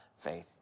faith